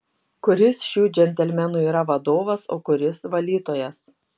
kuris šių džentelmenų yra vadovas o kuris valytojas